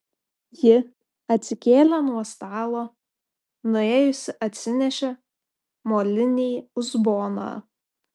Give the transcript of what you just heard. ji atsikėlė nuo stalo nuėjusi atsinešė molinį uzboną